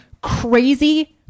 crazy